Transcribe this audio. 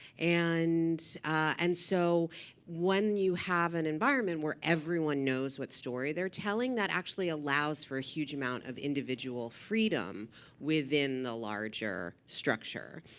and and so when you have an environment where everyone knows what story they're telling, that actually allows for a huge amount of individual freedom within the larger structure.